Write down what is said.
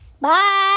Bye